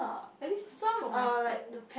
at least for my school